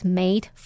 made